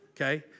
okay